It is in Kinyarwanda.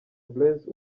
blaise